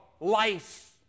life